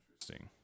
Interesting